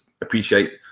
appreciate